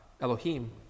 Elohim